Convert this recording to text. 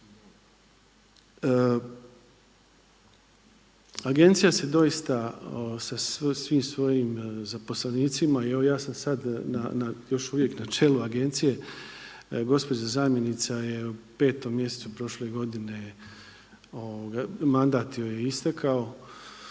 Agencija se doista sa svim svojim zaposlenicima i evo ja sam sad još uvijek na čelu agencije. Gospođa zamjenica je u petom mjesecu prošle godine mandat joj je istekao.